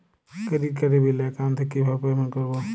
Credit কার্ডের bill account থেকে কিভাবে পেমেন্ট করবো?